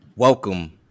Welcome